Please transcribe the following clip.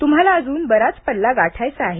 तुम्हाला अजून बराच पल्ला गाठायचा आहे